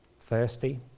thirsty